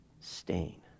stain